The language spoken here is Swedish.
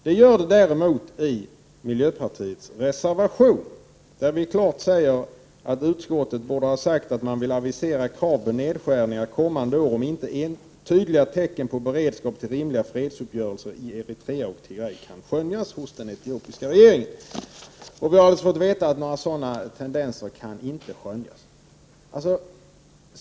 Det gör det däremot i miljöpartiets reservation, där vi klart säger att utskottet borde ha uttalat att man vill avisera krav på nedskärningar kommande år, om inte tydliga tecken på beredskap till rimliga fredsuppgörelser i Eritrea och Tigray kan skönjas hos den etiopiska regeringen. Vi har alltså fått veta att några sådana tendenser inte kan skönjas.